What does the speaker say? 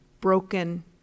broken